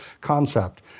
concept